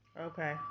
okay